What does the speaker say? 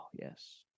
yes